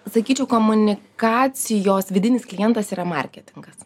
sakyčiau komunikacijos vidinis klientas yra marketingas